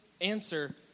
answer